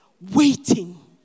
waiting